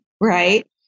right